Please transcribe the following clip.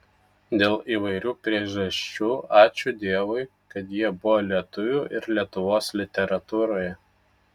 dėl įvairių priežasčių ačiū dievui kad jie buvo lietuvių ir lietuvos literatūroje